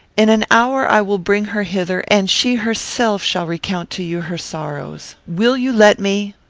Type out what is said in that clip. in an hour i will bring her hither, and she herself shall recount to you her sorrows. will you let me?